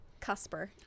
Cusper